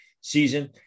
season